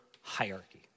hierarchy